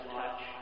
touch